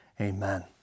Amen